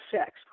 sex